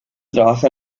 trabaja